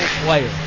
player